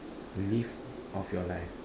to live off your life